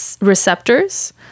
receptors